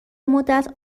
مدت